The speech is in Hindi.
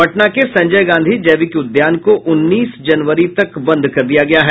पटना के संजय गांधी जैविक उद्यान को उन्नीस जनवरी तक बंद कर दिया गया है